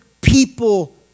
people